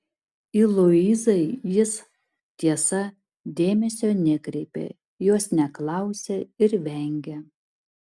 į luizą jis tiesa dėmesio nekreipė jos neklausė ir vengė